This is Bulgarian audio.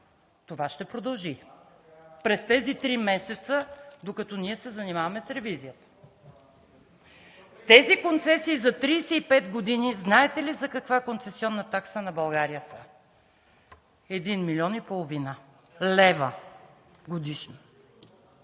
Това ще продължи през тези три месеца, докато ние се занимаваме с ревизията. Тези концесии за 35 години – знаете ли за каква концесионна такса на България са? Един милион и половина лева годишно!